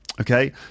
Okay